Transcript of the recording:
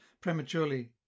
prematurely